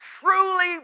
truly